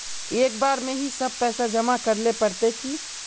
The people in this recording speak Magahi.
एक बार में ही सब पैसा जमा करले पड़ते की?